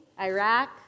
Iraq